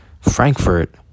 Frankfurt